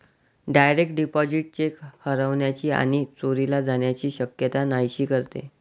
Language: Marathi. डायरेक्ट डिपॉझिट चेक हरवण्याची आणि चोरीला जाण्याची शक्यता नाहीशी करते